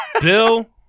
Bill